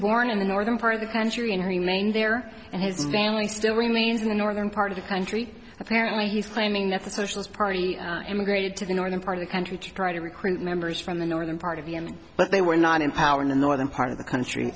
born in the northern part of the country and remained there and his family still remains in the northern part of the country apparently he's claiming that the socialist party immigrated to the northern part of the country to try to recruit members from the northern part of yemen but they were not in power in the northern part of the country